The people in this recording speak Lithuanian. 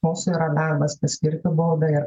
mūsų yra darbas paskirti baudą ir